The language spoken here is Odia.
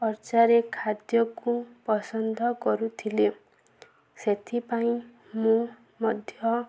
ଅର୍ଚ୍ଚାରେ ଖାଦ୍ୟକୁ ପସନ୍ଦ କରୁଥିଲେ ସେଥିପାଇଁ ମୁଁ ମଧ୍ୟ